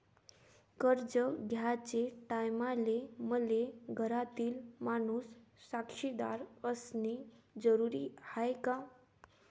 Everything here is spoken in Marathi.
कर्ज घ्याचे टायमाले मले घरातील माणूस साक्षीदार असणे जरुरी हाय का?